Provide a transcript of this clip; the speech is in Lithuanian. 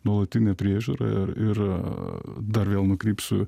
nuolatinė priežiūra ir ir dar vėl nukrypsiu